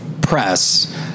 press